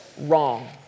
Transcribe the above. wrong